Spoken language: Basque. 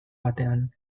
batean